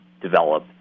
develop